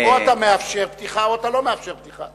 או שאתה מאפשר פתיחה או שאתה לא מאפשר פתיחה.